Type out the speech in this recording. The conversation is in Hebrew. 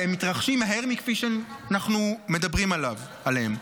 והם מתרחשים מהר מכפי שאנחנו מדברים עליהם.